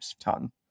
ton